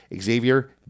xavier